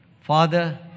Father